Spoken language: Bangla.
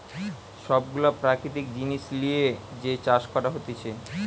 সব গুলা প্রাকৃতিক জিনিস লিয়ে যে চাষ করা হতিছে